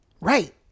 Right